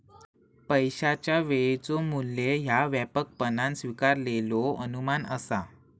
पैशाचा वेळेचो मू्ल्य ह्या व्यापकपणान स्वीकारलेलो अनुमान असा